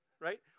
Right